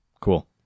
Cool